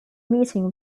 meeting